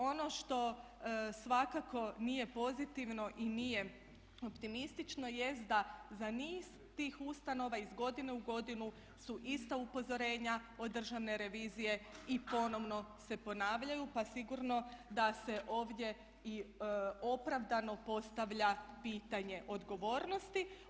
Ono što svakako nije pozitivno i nije optimistično jest da za niz tih ustanova iz godine u godinu su ista upozorenja od Državne revizije i ponovno se ponavljaju pa sigurno da se ovdje i opravdano postavlja pitanje odgovornosti.